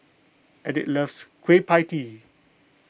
Enid loves Kueh Pie Tee